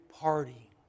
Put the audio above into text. party